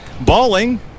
Balling